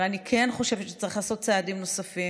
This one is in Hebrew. אבל אני כן חושבת שצריך לעשות צעדים נוספים.